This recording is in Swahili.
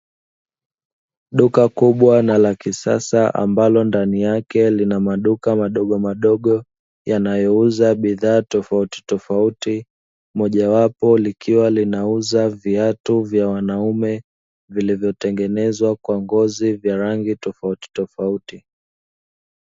Duka kubwa na la kisasa ambalo ndani yake kuna maduka madogomadogo yanayouza bidhaa tofautitofauti mojawapo likiwa linauza viatu vya wanaume vilivyotengenezwa kwa ngozi vya rangi tofautitofauti.